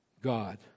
God